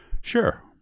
Sure